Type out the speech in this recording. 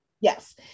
Yes